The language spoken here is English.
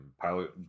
pilot